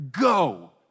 go